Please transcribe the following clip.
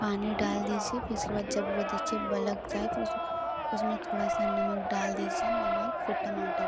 पानी डाल दीजिए फिर उसके बाद जब वो दिखे बलक जाए फिर उस उसमें थोड़ा सा नमक डाल दीजिए नमक फिर टमाटर